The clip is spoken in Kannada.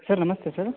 ಸರ್ ನಮಸ್ತೆ ಸರ್